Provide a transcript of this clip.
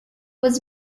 was